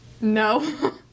No